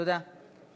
תודה.